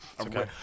Okay